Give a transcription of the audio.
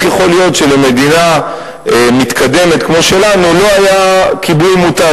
איך יכול להיות שלמדינה מתקדמת כמו שלנו לא היה כיבוי מוטס.